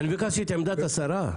ביקשתי את עמדת השרה?